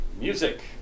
music